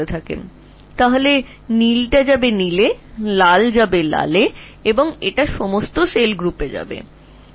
সুতরাং নীল নীলতে যাবে লাল লালতে যাবে এবং এটি সমস্ত সেল গ্রুপে হতে থাকবে